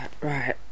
Right